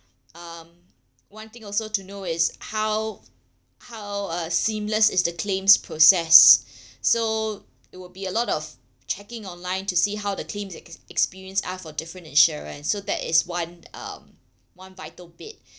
um one thing also to know is how how uh seamless is the claims process so it would be a lot of checking online to see how the claims ex~ experience are for different insurer so that is one um one vital bit